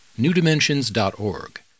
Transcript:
newdimensions.org